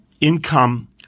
income